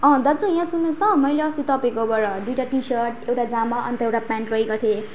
अँ दाजु यहाँ सुन्नुहोस् त मैले अस्ति तपाईँकोबाट दुइटा टी सर्ट एउटा जामा अन्त एउटा पेन्ट लगेको थिएँ